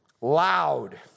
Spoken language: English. loud